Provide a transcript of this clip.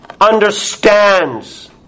understands